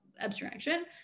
abstraction